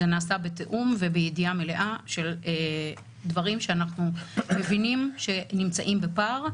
זה נעשה בתיאום ובידיעה מלאה של דברים שאנחנו מבינים שנמצאים בפער,